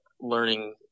learning